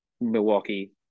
Milwaukee